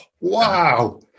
wow